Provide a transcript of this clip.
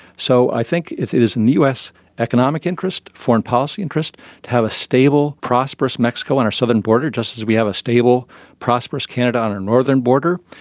so i think it is us economic interest, foreign policy interest to have a stable, prosperous mexico on our southern border, just as we have a stable prosperous canada on our northern border.